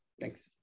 Thanks